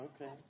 Okay